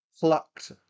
plucked